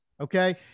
okay